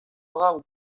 brav